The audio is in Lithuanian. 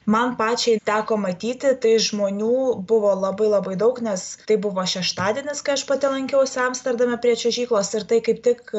man pačiai teko matyti tai žmonių buvo labai labai daug nes tai buvo šeštadienis kai aš pati lankiausi amsterdame prie čiuožyklos ir tai kaip tik